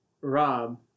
Rob